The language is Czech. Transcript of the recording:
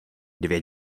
dvě